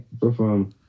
perform